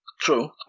True